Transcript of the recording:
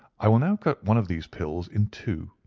i will now cut one of these pills in two,